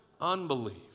unbelief